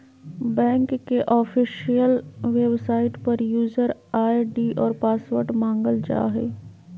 bank के official website पर user ID और पासवर्ड मांगल जा हइ